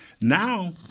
Now